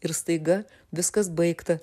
ir staiga viskas baigta